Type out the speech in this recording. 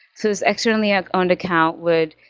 so this externally ah owned account would